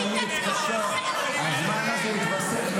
הזמן הזה יתווסף,